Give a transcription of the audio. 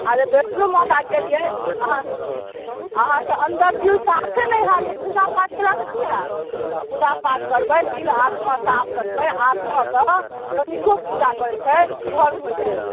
आरे वैष्णो माता गेलियै अहाँ अहाँके अन्दर दिल साफे नहि हैत पूजा पाठ केलासँ की हैत पूजा पाठ करबै दिल आत्मा साफ रखबै आत्मा सँ तनिको पूजा करै छै तऽ धर्म होइ छै